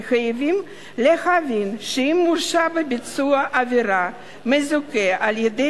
וחייבים להבין שאם מורשע בביצוע עבירה מזוכה על-ידי